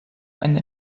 any